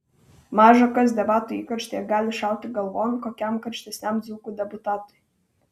maža kas debatų įkarštyje gali šauti galvon kokiam karštesniam dzūkų deputatui